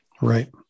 Right